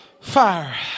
Fire